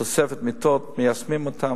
תוספת מיטות, מיישמים אותה.